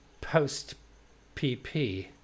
post-PP